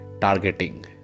targeting